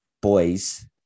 boys